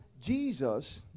Jesus